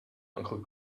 uncle